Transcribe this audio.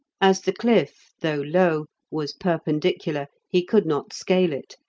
as the cliff, though low, was perpendicular, he could not scale it,